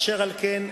אשר על כן,